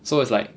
so it's like